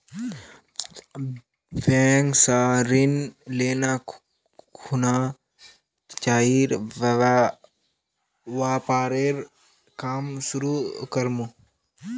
bank स ऋण ले खुना चाइर व्यापारेर काम शुरू कर मु